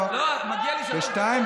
לא, מגיע לי תוספת זמן.